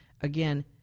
again